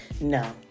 No